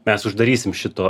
mes uždarysim šito